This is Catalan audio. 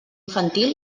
infantil